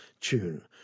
tune